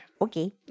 Okay